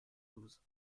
douze